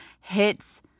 hits